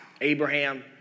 Abraham